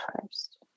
first